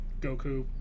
Goku